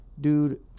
Dude